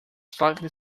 slightly